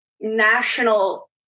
national